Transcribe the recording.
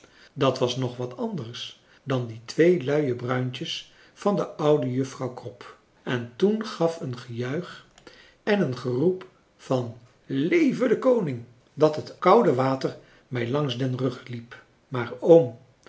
dat was nog wat anders dan die twee luie bruintjes van de oude juffrouw krop en toen gaf het een gejuich en een gefrançois haverschmidt familie en kennissen roep van leve de koning dat het koude water mij langs den rug liep maar oom